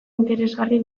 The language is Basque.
interesgarri